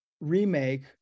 remake